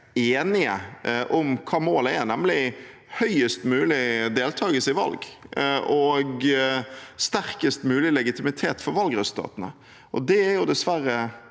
enige om hva målet er, nemlig høyest mulig deltakelse i valg og sterkest mulig legitimitet for valgresultatene. Det er dessverre